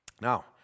Now